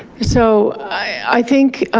so i think,